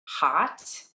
hot